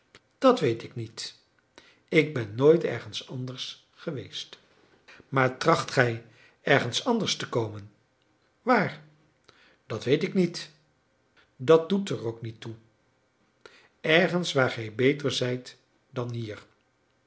dat weet ik niet ik ben nooit ergens anders geweest maar tracht gij ergens anders te komen waar dat weet ik niet dat doet er ook niet toe ergens waar gij beter zijt dan hier